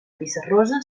pissarrosa